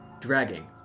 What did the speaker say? dragging